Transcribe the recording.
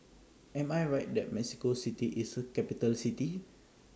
Am I Right that Mexico City IS A Capital City